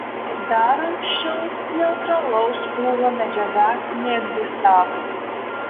dar anksčiau neutralaus krūvio medžiaga neegzistavo